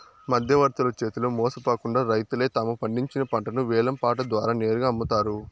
మధ్యవర్తుల చేతిలో మోసపోకుండా రైతులే తాము పండించిన పంటను వేలం పాట ద్వారా నేరుగా అమ్ముతారు